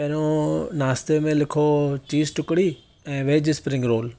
पहिरीं नाश्ते में लिखो च़ीज टुकड़ी ऐं वेज स्प्रिंग रोल